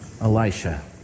Elisha